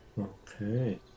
Okay